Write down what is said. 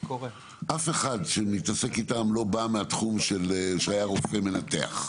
לא היה רופא מנתח,